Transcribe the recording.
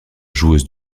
joueuse